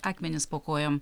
akmenis po kojom